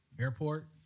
airport